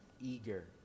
eager